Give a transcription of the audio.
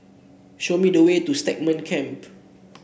show me the way to Stagmont Camp